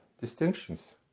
distinctions